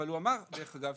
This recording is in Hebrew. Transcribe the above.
דרך אגב,